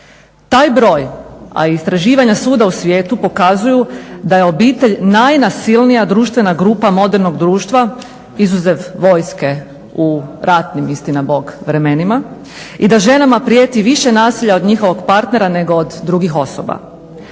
Taj broj, a istraživanja svuda u svijetu pokazuju da je obitelj najnasilnija društvena grupa modernog društva izuzev vojske u ratnim istinabog vremenima i da ženama prijeti više nasilja od njihovog partnera nego od drugih osoba.